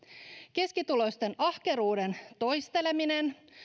keskituloisten ahkeruuden toisteleminen